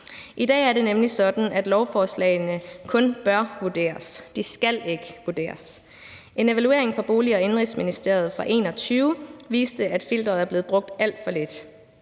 I dag er det nemlig sådan, at lovforslagene kun bør vurderes. De skal ikke vurderes. En evaluering fra Indenrigs- og Boligministeriet fra 2021 viste, at filteret er blevet brugt alt for lidt.